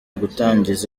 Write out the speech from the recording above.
gutangiza